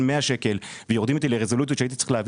100 שקלים ויורדים איתי לרזולוציות שהייתי צריך להביא